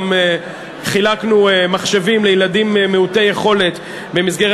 גם חילקנו מחשבים לילדים מעוטי יכולת במסגרת